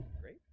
Great